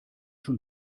schon